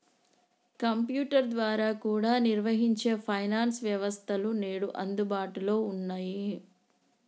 computer ద్వారా కూడా నిర్వహించే ఫైనాన్స్ వ్యవస్థలు నేడు అందుబాటులో ఉన్నయ్యి